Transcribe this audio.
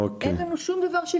אין ייעור,